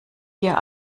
hier